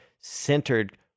centered